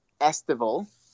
Estival